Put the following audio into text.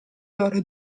loro